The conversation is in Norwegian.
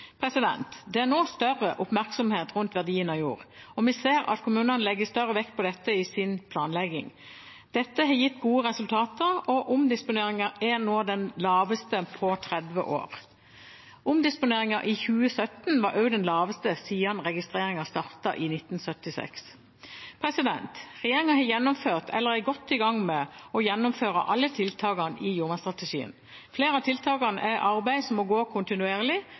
2020. Det er nå større oppmerksomhet rundt verdien av jord, og vi ser at kommunene legger større vekt på dette i sin planlegging. Det har gitt gode resultater, og omdisponeringen er nå den laveste på 30 år. Omdisponeringen i 2017 var den laveste siden registreringen startet i 1976. Regjeringen har gjennomført – eller er godt i gang med å gjennomføre – alle tiltakene i jordvernstrategien. Flere av tiltakene er arbeid som må gå kontinuerlig,